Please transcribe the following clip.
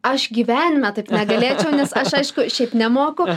aš gyvenime taip negalėčiau nes aš aišku šiaip nemoku